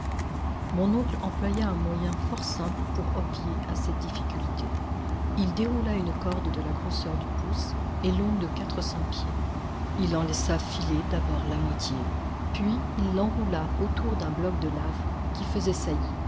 mon oncle employa un moyen fort simple pour obvier à cette difficulté il déroula une corde de la grosseur du pouce et longue de quatre cents pieds il en laissa filer d'abord la moitié puis il l'enroula autour d'un bloc de lave qui faisait saillie